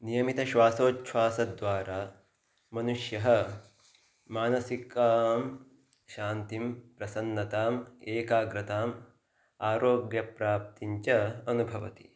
नियमितश्वासोछ्वासद्वारा मनुष्यः मानसिकां शान्तिं प्रसन्नताम् एकाग्रताम् आरोग्यप्राप्तिञ्च अनुभवति